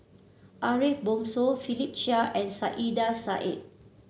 Ariff Bongso Philip Chia and Saiedah Said